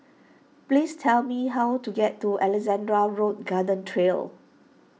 please tell me how to get to Alexandra Road Garden Trail